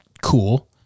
cool